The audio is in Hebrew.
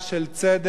של צדק,